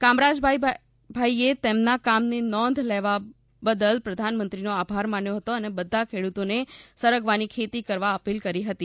કામરાજ ભાઈએ તેમના કામની નોંધ લેવા બદલ પ્રધાનમંત્રીનો આભાર માન્યો હતો અને બધા ખેડૂતોને સરગવાની ખેતી કરવા અપીલ કરી હતી